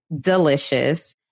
delicious